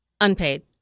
unpaid